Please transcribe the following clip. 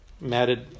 matted